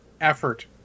Effort